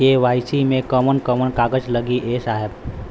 KYC मे कवन कवन कागज लगी ए साहब?